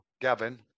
Gavin